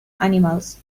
animals